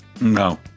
No